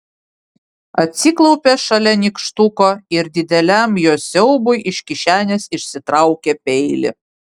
atsiklaupė šalia nykštuko ir dideliam jo siaubui iš kišenės išsitraukė peilį